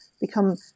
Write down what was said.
become